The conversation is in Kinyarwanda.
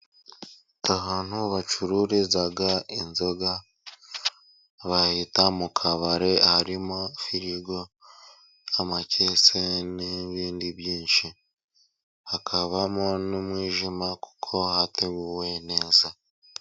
Ahantu bacururiza inzoga bahita mu kabari. Harimo firigo, amakese n'ibindi byinshi, hakabamo n'umwijima kuko hateguwe neza.